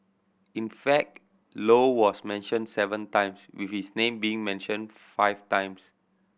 in fact Low was mentioned seven times with his name being mentioned five times